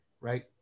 right